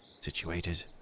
situated